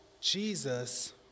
Jesus